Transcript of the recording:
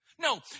No